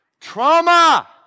Trauma